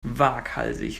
waghalsig